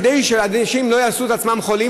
כדי שאנשים לא יעשו את עצמם חולים,